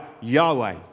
Yahweh